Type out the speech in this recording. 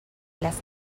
las